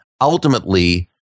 ultimately